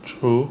true